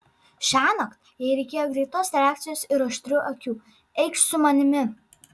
šiąnakt jai reikėjo greitos reakcijos ir aštrių akių eikš su manimi